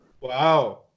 Wow